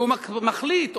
והוא מחליט,